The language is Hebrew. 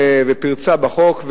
בפרצה בחוק,